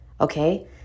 Okay